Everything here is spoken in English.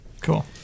cool